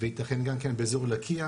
וייתכן גם כן באזור לקייה,